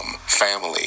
family